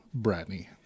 bradney